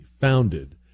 founded